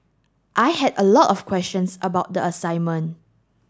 I had a lot of questions about the assignment